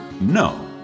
no